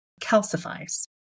calcifies